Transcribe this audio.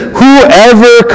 whoever